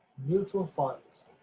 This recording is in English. mutual funds,